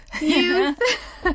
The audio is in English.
Youth